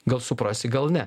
gal suprasi gal ne